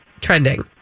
trending